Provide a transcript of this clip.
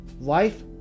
Life